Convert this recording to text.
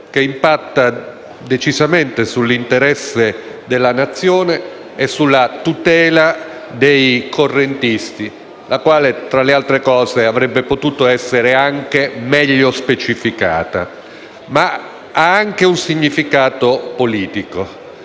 che impatta decisamente sull'interesse della nazione e sulla tutela dei correntisti la quale, peraltro, avrebbe potuto essere anche meglio specificata. Ma esso ha anche un significato politico,